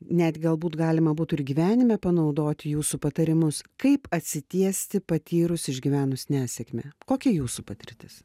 net galbūt galima būtų ir gyvenime panaudoti jūsų patarimus kaip atsitiesti patyrus išgyvenus nesėkmę kokia jūsų patirtis